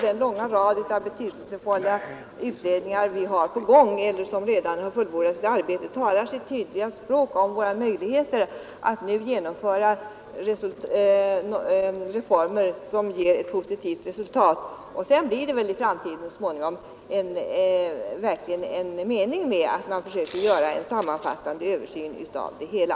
Den rad betydelsefulla utredningar som pågår eller som redan har fullbordat sitt arbete talar sitt tydliga språk om våra möjligheter att nu genomföra reformer som ger ett positivt resultat. Så småningom blir det väl någon mening med att försöka göra en sammanfattande översyn av det hela.